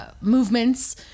Movements